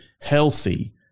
healthy